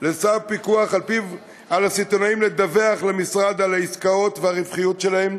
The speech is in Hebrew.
שעל-פיו על הסיטונאים לדווח למשרד על העסקאות והרווחיות שלהם,